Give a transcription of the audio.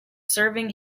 serving